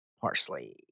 parsley